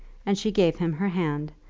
and she gave him her hand,